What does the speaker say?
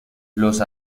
los